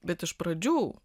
bet iš pradžių